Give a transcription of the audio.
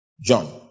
John